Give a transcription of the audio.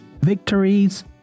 victories